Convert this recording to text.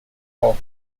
hull